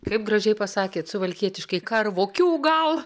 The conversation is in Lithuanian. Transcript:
kaip gražiai pasakėt suvalkietiškai karvukių gal